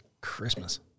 Christmas